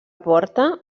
porta